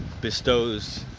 bestows